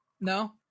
No